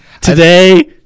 Today